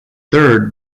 third